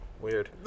Weird